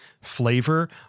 flavor